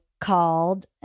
called